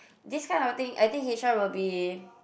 this kind of thing I think H_R will be